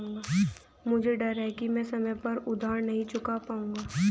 मुझे डर है कि मैं समय पर उधार नहीं चुका पाऊंगा